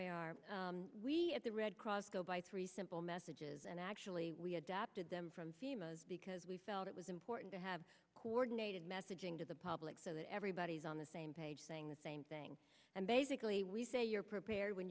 why are we at the red cross go by three simple messages and actually we adapted them because we felt it was important to have coordinated messaging to the public so that everybody's on the same page saying the same thing and basically we say you're prepared when